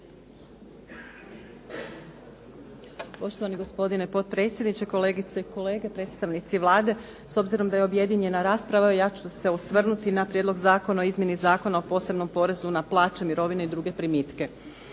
Poštovani gospodine potpredsjedniče, kolegice i kolege, predstavnici Vlade. S obzirom da je objedinjena rasprava ja ću se osvrnuti na prijedlog Zakona o izmjeni Zakona o posebnom porezu na plaće, mirovine i druge primitke.